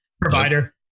provider